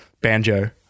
Banjo